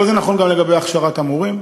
כל זה נכון גם לגבי הכשרת המורים,